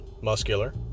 muscular